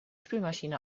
spülmaschine